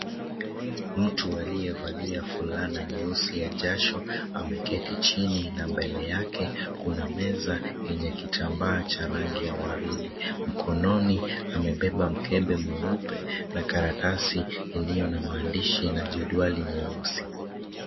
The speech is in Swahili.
Mtu aliyevalia fulana nyeusi ya jasho ameketi chini na mbele yake kuna meza yenye kitambaa cha rangi ya waridi, mkononi amebeba mkebe mweupe na karatasi iliyo na maandishi na jedwali nyeusi.